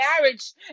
marriage